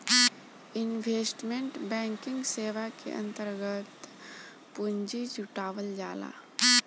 investment banking सेवा के अंतर्गत पूंजी जुटावल जाला